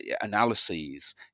analyses